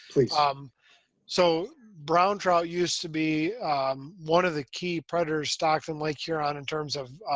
please. um so brown trout used to be one of the key predators stocks in lake huron in terms of